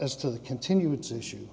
as to the continuous issue